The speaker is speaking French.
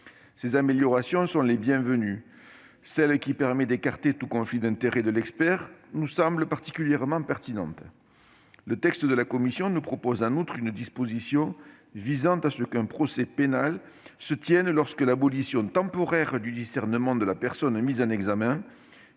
Ces améliorations sont les bienvenues. Celle qui permet d'écarter tout conflit d'intérêts de la part de l'expert nous semble particulièrement pertinente. En outre, le texte de la commission contient une disposition visant à ce qu'un procès pénal se tienne lorsque l'abolition temporaire du discernement de la personne mise en examen